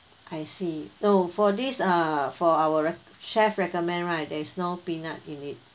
I see no for this uh for our rec~ chef's recommend right there is no peanut in it